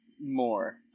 More